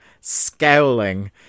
scowling